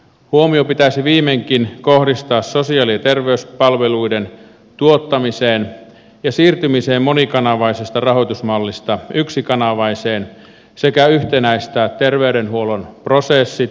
huomio pitäisi viimeinkin kohdistaa sosiaali ja terveyspalveluiden tuottamiseen ja siirtymiseen monikanavaisesta rahoitusmallista yksikanavaiseen sekä pitäisi yhtenäistää terveydenhuollon prosessit ja tietojärjestelmät